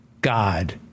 God